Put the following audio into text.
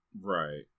Right